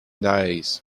days